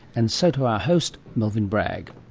and so to our host, melvyn bragg.